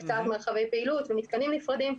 הקצאת מרחבי פעילות ומתקנים נפרדים.